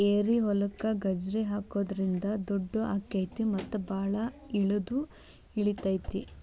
ಏರಿಹೊಲಕ್ಕ ಗಜ್ರಿ ಹಾಕುದ್ರಿಂದ ದುಂಡು ಅಕೈತಿ ಮತ್ತ ಬಾಳ ಇಳದು ಇಳಿತೈತಿ